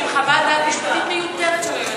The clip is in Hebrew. עם חוות דעת משפטית מיותרת של היועץ המשפטי לממשלה,